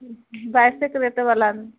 बाइसे कैरेटवलामे